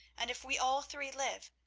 and if we all three live,